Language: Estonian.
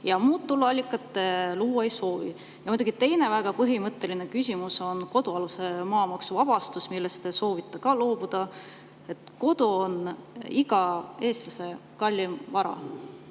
Muud tuluallikat te luua ei soovi. Muidugi, teine väga põhimõtteline küsimus on kodualuse maa maksuvabastus, millest te soovite ka loobuda. Kodu on iga eestlase kalleim vara,